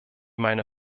meine